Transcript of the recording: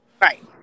Right